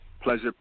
Pleasure